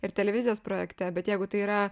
ir televizijos projekte bet jeigu tai yra